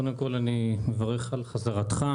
קודם כל, אני מברך על חזרתך.